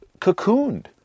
cocooned